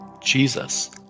Jesus